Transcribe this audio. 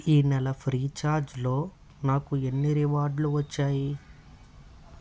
ఈ నెల ఫ్రీచార్జ్లో నాకు ఎన్ని రివార్డ్లు వచ్చాయి